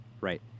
Right